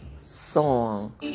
song